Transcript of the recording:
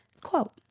Quote